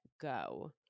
go